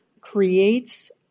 creates